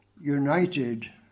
united